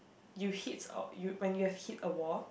you hits a you when you have hit a wall